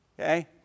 Okay